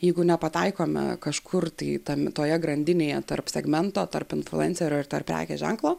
jeigu nepataikome kažkur tai tam toje grandinėje tarp segmento tarp influencerio ir tarp prekės ženklo